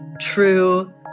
true